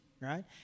Right